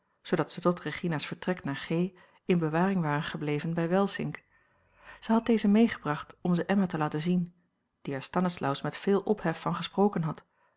zoodat ze tot regina's vertrek naar g in bewaring waren gebleven bij welsink zij had deze meegebracht om ze emma te laten zien die er stanislaus met veel ophef van gesproken had